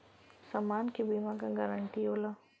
समान के बीमा क गारंटी होला